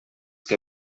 que